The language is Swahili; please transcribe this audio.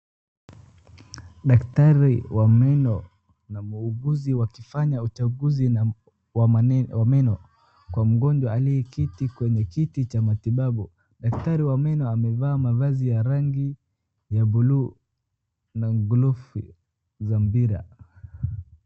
Daktari wa meno na muuguzi wakifanya uchunguzi wa meno kwa mgonjwa aliyeketi kwenye kiti cha matibabu. Daktari wa meno amevaa mavazi ya rangi ya blue na glovu za mpira.